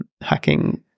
hacking